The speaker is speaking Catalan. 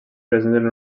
presenten